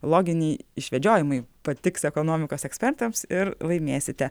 loginiai išvedžiojimai patiks ekonomikos ekspertams ir laimėsite